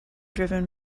driven